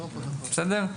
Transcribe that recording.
בסדר?